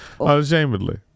Unashamedly